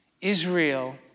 Israel